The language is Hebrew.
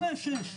חמש-שש.